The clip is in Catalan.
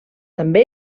també